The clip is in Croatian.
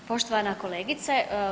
Poštovana kolegice.